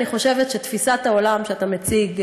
אני חושבת שתפיסת העולם שאתה מציג,